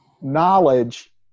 knowledge